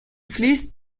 fließt